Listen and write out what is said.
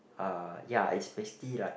uh ya it's basically like